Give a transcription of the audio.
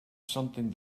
something